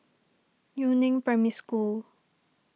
Yu Neng Primary School